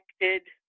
connected